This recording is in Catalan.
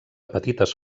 petites